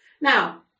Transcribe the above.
Now